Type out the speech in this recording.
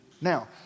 Now